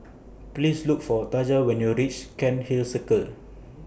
Please Look For Taja when YOU REACH Cairnhill Circle